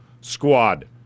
squad